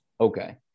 Okay